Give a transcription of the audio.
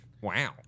Wow